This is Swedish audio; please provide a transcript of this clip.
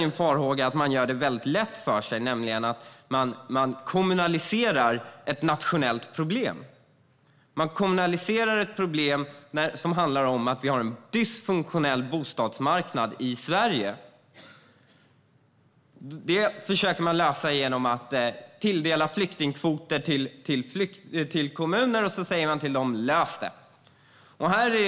Min farhåga är att man gör det lätt för sig genom att kommunalisera ett nationellt problem. Man kommunaliserar ett problem som handlar om att vi har en dysfunktionell bostadsmarknad i Sverige. Det problemet försöker man lösa genom att tilldela kommuner flyktingkvoter, och så säger man till kommunerna: Lös det!